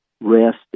rest